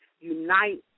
Unite